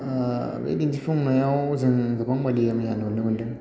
बे दिन्थिफुंनायाव जों गोबां बायदि मैया नुनो मोनदों